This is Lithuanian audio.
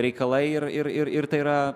reikalai ir ir ir tai yra